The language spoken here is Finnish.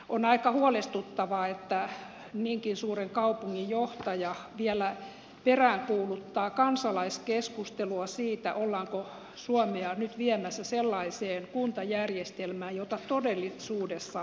on aika huolestuttavaa että niinkin suuren kaupungin johtaja vielä peräänkuuluttaa kansalaiskeskustelua siitä ollaanko suomea nyt viemässä sellaiseen kuntajärjestelmään jota todellisuudessa halutaan